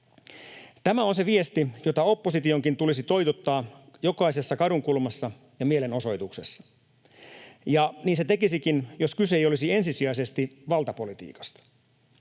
Tämä on se viesti, jota oppositionkin tulisi toitottaa jokaisessa kadunkulmassa ja mielenosoituksessa, ja niin se tekisikin, jos kyse ei olisi ensisijaisesti valtapolitiikasta.